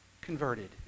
converted